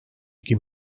iki